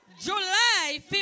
July